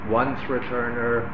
once-returner